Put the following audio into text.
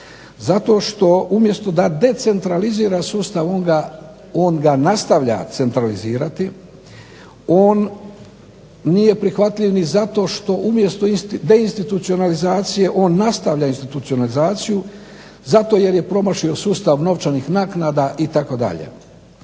Zato što umjesto da decentralizira sustav on ga nastavlja centralizirati. On nije prihvatljiv ni zato što umjesto deinstitucionalizacije on nastavlja institucionalizaciju zato jer je promašio sustav novčanih naknada itd.